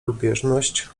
lubieżność